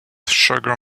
sugar